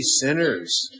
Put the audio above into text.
sinners